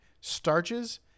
starches